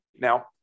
Now